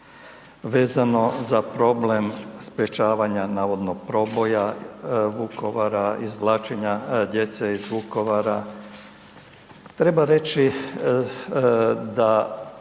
Vezano za problem sprječavanje navodnog proboja Vukovara, izvlačenja djece iz Vukovara, treba reći da